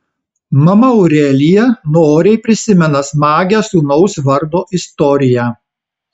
mama aurelija noriai prisimena smagią sūnaus vardo istoriją